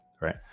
right